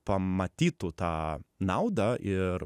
pamatytų tą naudą ir